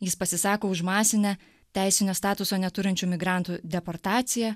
jis pasisako už masinę teisinio statuso neturinčių migrantų deportaciją